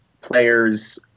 players